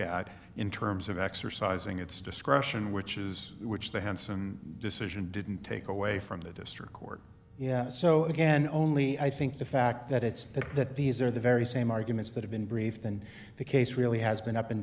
at in terms of exercising its discretion which is which the hanson decision didn't take away from the district court so again only i think the fact that it's that that these are the very same arguments that have been briefed and the case really has been up and